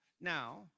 Now